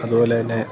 അതുപോലെതന്നെ